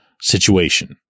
situation